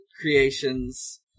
creations